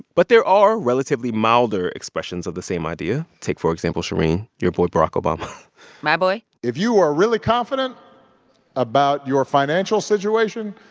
but there are relatively milder expressions of the same idea. take, for example, shereen, your boy barack obama my boy if you are really confident about your financial situation,